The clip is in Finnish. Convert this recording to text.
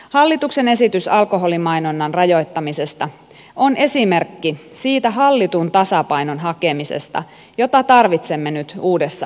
hallituksen esitys alkoholimainonnan rajoittamisesta on esimerkki siitä hallitun tasapainon hakemisesta jota tarvitsemme nyt uudessa alkoholipolitiikassa